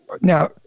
now